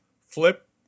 flip